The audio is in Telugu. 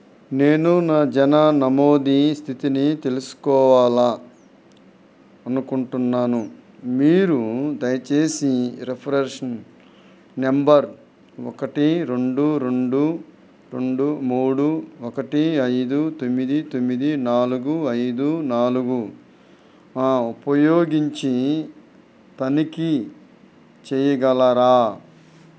నేను నా జనన నమోద స్థితిని తెలుసుకోవాలి అనుకుంటున్నాను మీరు దయచేసి రెఫరెన్స్ నంబర్ ఒకటి రెండు రెండు రెండు మూడు ఒకటి ఐదు తొమ్మిది తొమ్మిది నాలుగు ఐదు నాలుగు ఉపయోగించి తనిఖీ చెయ్యగలరా